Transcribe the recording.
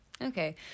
Okay